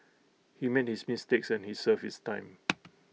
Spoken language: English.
he made his mistakes and he served his time